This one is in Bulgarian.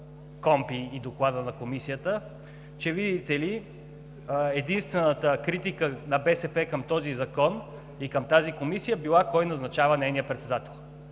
и Доклада на Комисията, че, видите ли, единствената критика на БСП към този закон и към тази комисия била кой назначава нейния председател.